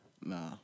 Nah